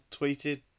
tweeted